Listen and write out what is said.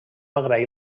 agrair